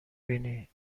بینی